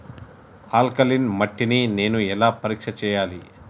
Alkaline మట్టి ని నేను ఎలా పరీక్ష చేయాలి?